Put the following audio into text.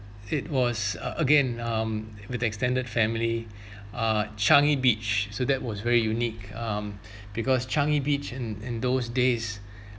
it was uh again um with the extended family uh changi beach so that was very unique um because changi beach in in those days